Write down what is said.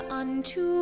unto